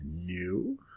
new